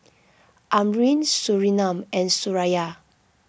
Amrin Surinam and Suraya